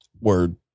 Word